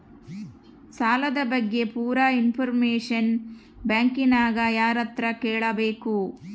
ಸಾಲದ ಬಗ್ಗೆ ಪೂರ ಇಂಫಾರ್ಮೇಷನ ಬ್ಯಾಂಕಿನ್ಯಾಗ ಯಾರತ್ರ ಕೇಳಬೇಕು?